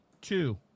two